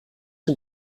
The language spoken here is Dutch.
een